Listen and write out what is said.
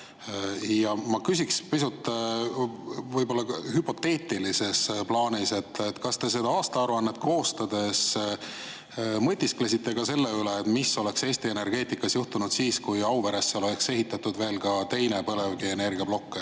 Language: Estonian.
Ma küsiks pisut hüpoteetilises plaanis, kas te seda aastaaruannet koostades mõtisklesite ka selle üle, mis oleks Eesti energeetikas juhtunud siis, kui Auveresse oleks ehitatud ka teine põlevkivienergiaplokk.